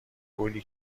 گلی